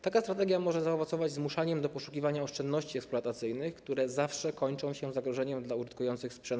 Taka strategia może zaowocować zmuszaniem do poszukiwania oszczędności eksploatacyjnych, które zawsze kończą się zagrożeniem dla żołnierzy użytkujących sprzęt.